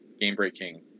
game-breaking